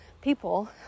people